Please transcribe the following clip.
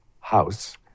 house